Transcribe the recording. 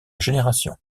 génération